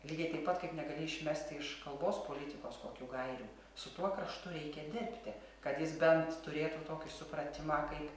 lygiai taip pat kaip negali išmesti iš kalbos politikos kokių gairių su tuo kraštu reikia dirbti kad jis bent turėtų tokį supratimą kaip